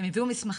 הם הביאו מסמכים,